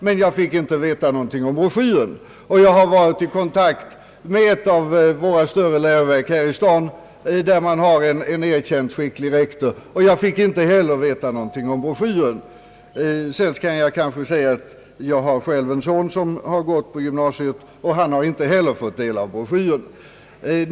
Men jag fick inte veta någonting om broschyren. Jag har även varit i kontakt med ett av våra större läroverk här i staden, där man har en erkänt skicklig rektor, och jag fick inte heller där veta någonting om broschyren. Jag kan också nämna att jag har en son, som gått på jord icke försvåras. gymnasiet, och han har inte heller fått del av broschyren.